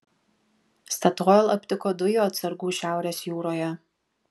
statoil aptiko dujų atsargų šiaurės jūroje